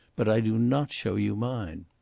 but i do not show you mine.